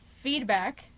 feedback